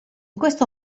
questo